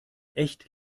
echt